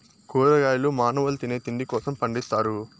కూరగాయలు మానవుల తినే తిండి కోసం పండిత్తారు